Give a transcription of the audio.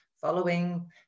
following